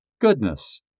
goodness